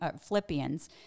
Philippians